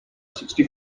sixty